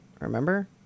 Remember